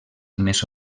més